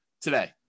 today